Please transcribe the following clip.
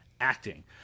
acting